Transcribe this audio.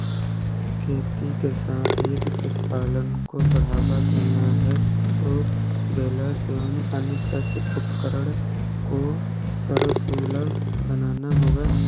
खेती के साथ यदि पशुपालन को बढ़ावा देना है तो बेलर एवं अन्य कृषि उपकरण को सर्वसुलभ बनाना होगा